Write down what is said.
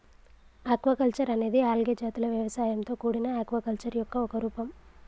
aquaculture అనేది algae జాతుల వ్యవసాయంతో కూడిన ఆక్వాకల్చర్ యొక్క ఒక రూపం